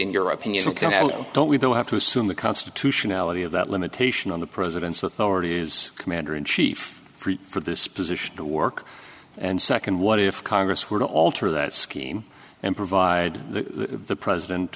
in your opinion don't we don't have to assume the constitutionality of that limitation on the president's authority is commander in chief for this position to work and second what if congress were to alter that scheme and provide the president